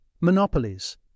Monopolies